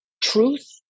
truth